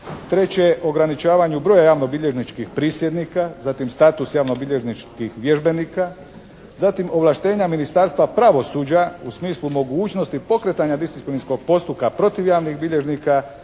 Treće, ograničavanju broja javnobilježničkih prisjednika, zatim status javnobilježničkih vježbenika. Zatim ovlaštenja Ministarstva pravosuđa u smislu mogućnosti pokretanja disciplinskog postupka protiv javnih bilježnika.